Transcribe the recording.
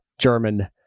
german